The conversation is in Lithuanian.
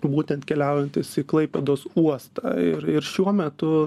būtent keliaujantys į klaipėdos uostą ir ir šiuo metu